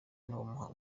nuwo